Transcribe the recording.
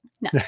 no